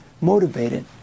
motivated